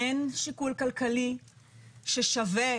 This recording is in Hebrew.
אין שיקול כלכלי ששווה,